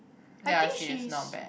ya she is not bad